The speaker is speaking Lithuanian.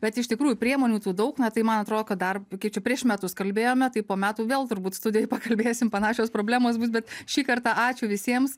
bet iš tikrųjų priemonių tų daug na tai man atrodo kad dar kiek čia prieš metus kalbėjome tai po metų vėl turbūt studijoj pakalbėsim panašios problemos bus bet šį kartą ačiū visiems